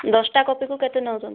ଦଶଟା କପିକୁ କେତେ ନେଉଛନ୍ତି